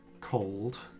cold